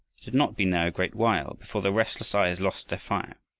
it had not been there a great while before the restless eyes lost their fire,